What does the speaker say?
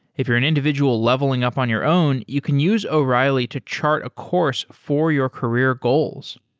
if you're an individual leveling up on your own, you can use o'reilly to chart a course for your career goals.